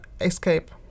escape